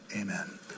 amen